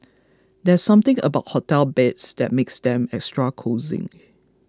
there's something about hotel beds that makes them extra cosy